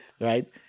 right